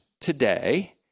today